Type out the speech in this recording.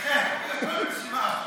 הכול בנשימה אחת.